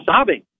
sobbing